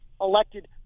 elected